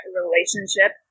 relationship